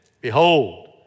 Behold